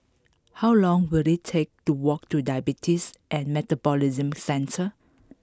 how long will it take to walk to Diabetes and Metabolism Centre